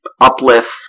uplift